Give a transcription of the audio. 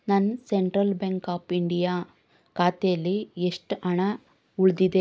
ನನ್ನ Central Bank of India ಖಾತೆಲಿ ಎಷ್ಟು ಹಣ ಉಳಿದಿದೆ